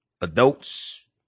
Adults